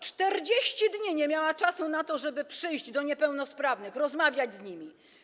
40 dni nie miała czasu na to, żeby przyjść do niepełnosprawnych, rozmawiać z nimi.